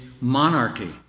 monarchy